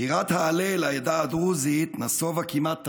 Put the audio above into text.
שירת ההלל לעדה הדרוזית נסבה כמעט תמיד,